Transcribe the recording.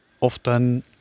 often